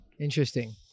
Interesting